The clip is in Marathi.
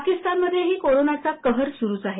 पाकिस्तानमध्येही कोरोनाचा कहर सुरूच आहे